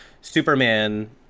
Superman